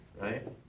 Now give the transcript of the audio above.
right